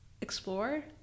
explore